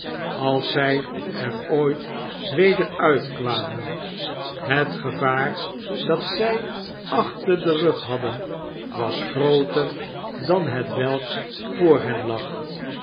als zy erooit weder uitkw amen het gevaar dat zy achter den rug hadden was grooter dan hetwelk voor hen lag